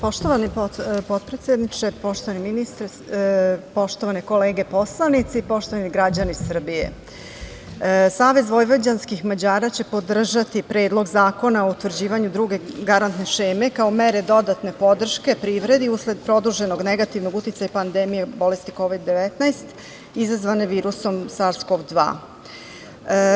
Poštovani potpredsedniče, poštovani ministre, poštovane kolege poslanici, poštovani građani Srbije, SVM će podržati Predlog zakona o utvrđivanju druge garantne šeme kao mere dodatne podrške privredi usled produženog negativnog uticaja pandemije bolesti Kovid-19 izazvane virusom SARS-CoV-2.